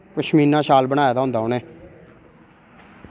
पश्मीना शाल बनाए दा होंदा उ'नें